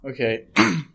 Okay